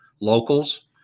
locals